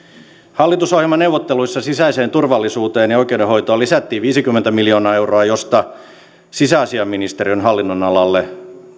hallitusohjelmaneuvotteluissa sisäiseen turvallisuuteen ja oikeudenhoitoon lisättiin viisikymmentä miljoonaa euroa josta sisäasiainministeriön hallinnonalalle